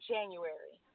January